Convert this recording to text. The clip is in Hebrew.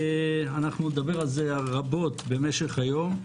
נדבר על זה רבות במשך היום.